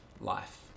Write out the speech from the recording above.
life